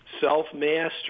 self-mastery